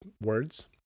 words